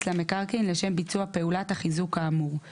למקרקעין לשם ביצוע פעולת החיזוק כאמור ;